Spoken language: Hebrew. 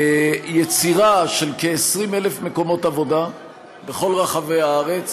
יצירה של כ-20,000 מקומות עבודה בכל רחבי הארץ,